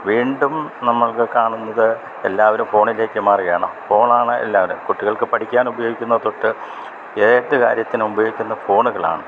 വീണ്ടും നമ്മളൊക്കെ കാണുന്നത് എല്ലാവരും ഫോണിലേക്ക് മാറുകയാണ് ഫോണാണ് എല്ലാവരും കുട്ടികൾക്ക് പഠിക്കാനുപയോഗിക്കുന്ന തൊട്ട് ഏത് കാര്യത്തിനും ഉപയോഗിക്കുന്നത് ഫോണുകളാണ്